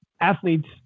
athletes